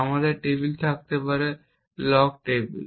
আমাদের যেমন টেবিল থাকতে পারে লগ টেবিল